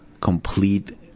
complete